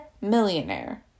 millionaire